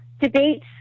debates